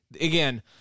Again